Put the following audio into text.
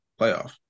playoff